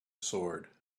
sword